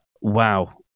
wow